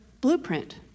blueprint